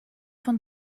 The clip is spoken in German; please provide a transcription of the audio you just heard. von